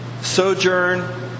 sojourn